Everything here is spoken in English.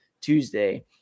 tuesday